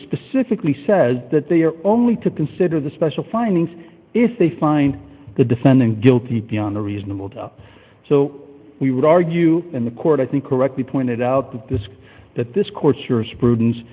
specifically says that they are only to consider the special findings if they find the defendant guilty beyond a reasonable doubt so we would argue in the court i think correctly pointed out that this that this court your isp